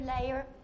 layer